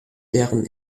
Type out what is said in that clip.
deren